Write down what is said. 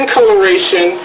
Coloration